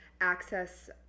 access